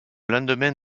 lendemain